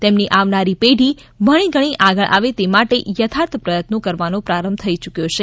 તેમની આવનારી પેઢી ભણીગણી આગળ આવે તે માટે યથાર્થ પ્રયત્નો કરવાનો પ્રારંભ થઇ યૂક્યો છે